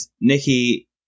nikki